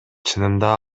чынында